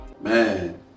Man